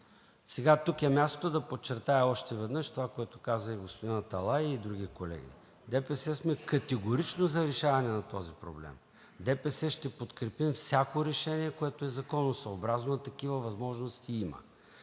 Тук е мястото да подчертая още веднъж това, което казаха и господин Аталай, и други колеги: ДПС сме категорично за решаване на този проблем. ДПС ще подкрепи всяко решение, което е законосъобразно, а такива възможности има.